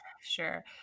Sure